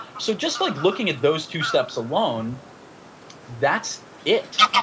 so, just like looking at those two steps alone that's it,